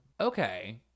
Okay